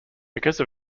because